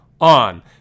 on